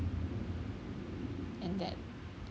and that